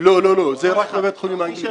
רק בבית החולים האנגלי.